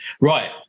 Right